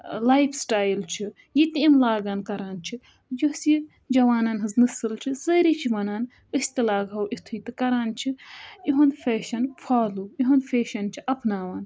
life style چھُ یہِ تہِ یِم لاگان کَران چھِ یۄس یہِ جَوانَن ہٕنٛز نسل چھِ سٲری چھِ وَنان أسۍ تہِ لاگہو یِتھُے تہٕ کَران چھِ یِہُنٛد فیشَن فالوٗ یِہُنٛد فیشَن چھِ اَپناوان